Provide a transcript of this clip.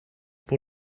pour